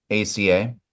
ACA